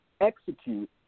execute